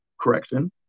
Correction